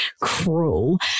cruel